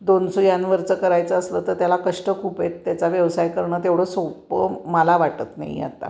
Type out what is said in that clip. दोन सुयांवरचं करायचं असलं तर त्याला कष्ट खूप आहेत त्याचा व्यवसाय करणं तेवढं सोपं मला वाटत नाही आता